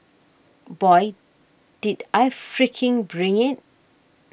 boy did I freaking bring it